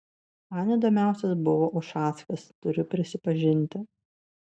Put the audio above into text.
man įdomiausias buvo ušackas turiu prisipažinti